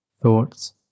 thoughts